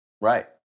Right